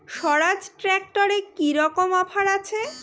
স্বরাজ ট্র্যাক্টরে কি রকম অফার আছে?